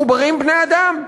מחוברים בני-אדם.